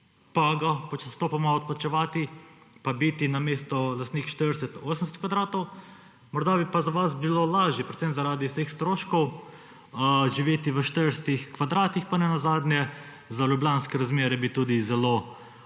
pa ga postopoma odplačevati pa biti namesto 40 kvadratov lastnik 80. Morda bi pa za vas bilo lažje, predvsem zaradi vseh stroškov, živeti v 40 kvadratih pa nenazadnje za ljubljanske razmere bi tudi zelo